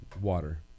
Water